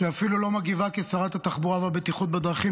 שאפילו לא מגיבה כשרת התחבורה והבטיחות בדרכים.